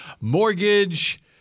Mortgage